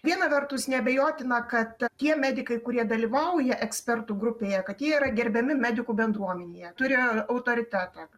viena vertus neabejotina kad tie medikai kurie dalyvauja ekspertų grupėje kad jie yra gerbiami medikų bendruomenėje turi autoritetą